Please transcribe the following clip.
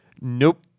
Nope